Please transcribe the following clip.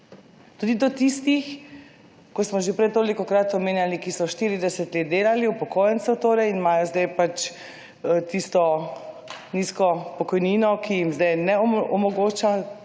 Tudi do tistih, ko smo že prej tolikokrat omenjali, ki so 40 let delali, upokojencev torej, in imajo zdaj nizko pokojnino, ki jim ne omogoča